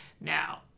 now